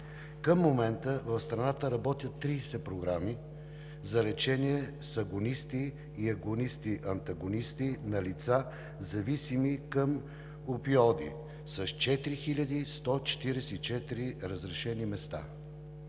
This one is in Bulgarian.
Към момента в страната работят 30 програми за лечение с агонисти и агонисти-антагонисти на лица, зависими към опиоиди, с 4144 разрешени места.